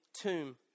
tomb